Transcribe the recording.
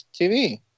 TV